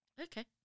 Okay